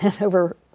over